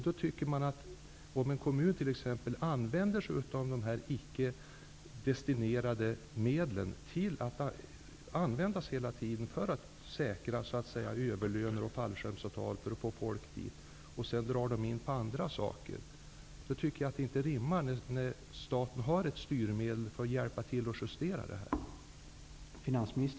Det rimmar inte om en kommun använder sig av de icke destinerade medlen till att säkra överlöner och fallskärmsavtal för att få folk och sedan drar in på andra saker. Staten har ju ett styrmedel för att hjälpa till att justera sådant.